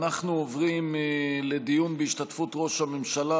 אנחנו עוברים לדיון בהשתתפות ראש הממשלה,